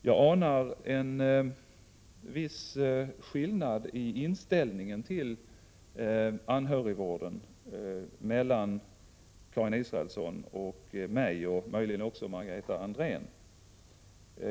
Jag anar en viss skillnad i inställning till anhörigvården mellan Karin Israelsson och mig och möjligen också Margareta Andrén.